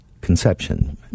conception